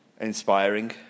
inspiring